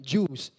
Jews